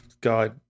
God